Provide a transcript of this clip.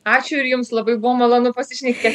ačiū ir jums labai buvo malonu pasišnekė